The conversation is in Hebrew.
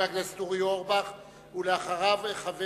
חבר